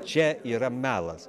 čia yra melas